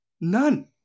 none